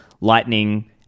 lightning –